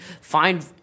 find